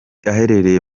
aherereye